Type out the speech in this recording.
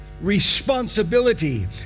responsibility